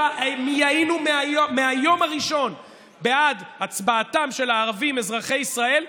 היינו מהיום הראשון בעד הצבעתם של הערבים אזרחי ישראל,